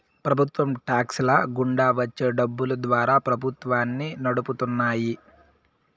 ప్రభుత్వ టాక్స్ ల గుండా వచ్చే డబ్బులు ద్వారా ప్రభుత్వాన్ని నడుపుతున్నాయి